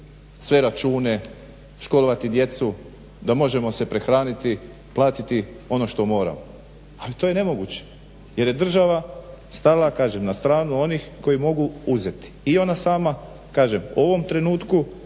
sve račune, školovati djecu, da se možemo prehraniti, platiti ono što moramo. Ali to je nemoguće jer je država stala na stranu onih koji mogu uzeti. I ona sama kažem u ovom trenutku